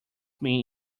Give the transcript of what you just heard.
mean